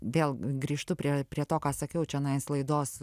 vėl grįžtu prie prie to ką sakiau čionais laidos